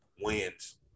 wins